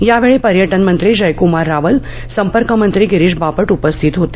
यावेळी पर्यटन मंत्री जयक्मार रावळ संपर्क मंत्री गिरीश बापट उपस्थित होते